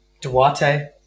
Duarte